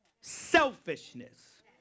selfishness